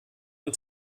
und